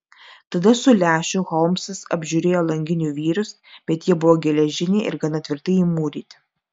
tada su lęšiu holmsas apžiūrėjo langinių vyrius bet jie buvo geležiniai ir gana tvirtai įmūryti